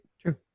True